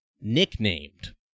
nicknamed